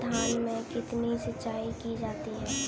धान में कितनी सिंचाई की जाती है?